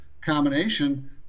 combination